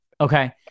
Okay